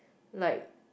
like